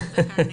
תודה רבה.